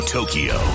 Tokyo